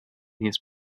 this